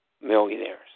millionaires